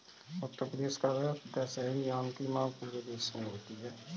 उत्तर प्रदेश का दशहरी आम की मांग पूरे देश में होती है